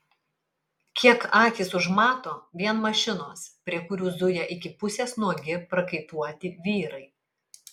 kiek akys užmato vien mašinos prie kurių zuja iki pusės nuogi prakaituoti vyrai